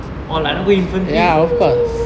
all like I'm not going infantry !woo! !woo! !woo!